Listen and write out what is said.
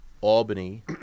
Albany